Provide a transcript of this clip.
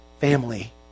family